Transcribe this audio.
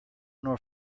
nor